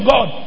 God